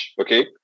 okay